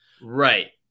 right